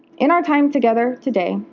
in our time together today,